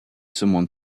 someone